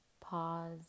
Pause